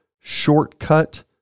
shortcut